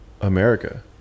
America